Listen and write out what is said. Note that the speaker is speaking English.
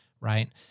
Right